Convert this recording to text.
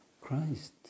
Christ